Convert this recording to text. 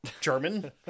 German